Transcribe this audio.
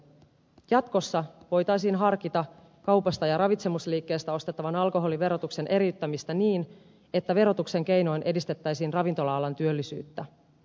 jatkossa voitaisiin harkita kaupasta ja ravitsemusliikkeestä ostettavan alkoholin verotuksen eriyttämistä niin että verotuksen keinoin edistettäisiin ravintola alan työllisyyttä